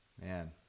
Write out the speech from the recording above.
man